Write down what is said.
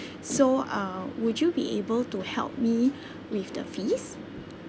so uh would you be able to help me with the fees